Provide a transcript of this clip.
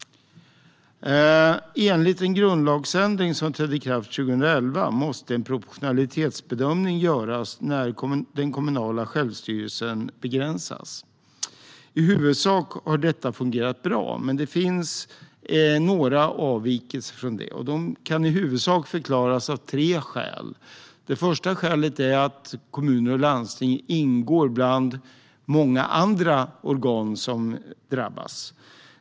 Enligt en grundlagsändring som trädde i kraft 2011 måste en proportionalitetsbedömning göras när den kommunala självstyrelsen begränsas. I huvudsak har detta fungerat bra, men det finns några avvikelser. De kan i huvudsak förklaras av tre skäl. Det första är att kommuner och landsting ingår bland många andra organ som drabbas.